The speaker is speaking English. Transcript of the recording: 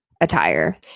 attire